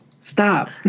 stop